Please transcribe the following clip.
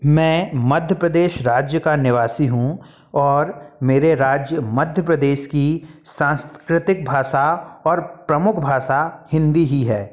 मैं मध्य प्रदेश राज्य का निवासी हूँ और मेरे राज्य मध्य प्रदेश की सांस्कृतिक भाषा और प्रमुख भाषा हिन्दी ही है